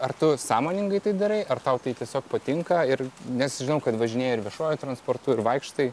ar tu sąmoningai tai darai ar tau tai tiesiog patinka ir nes žinau kad važinėji ir viešuoju transportu ir vaikštai